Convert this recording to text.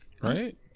right